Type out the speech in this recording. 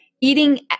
Eating